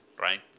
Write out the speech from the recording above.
right